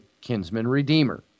kinsman-redeemer